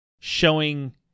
showing